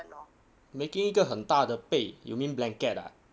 making 一个很大的被 you mean blanket ah